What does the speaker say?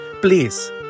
Please